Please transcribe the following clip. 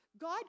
God